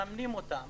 מממנים אותם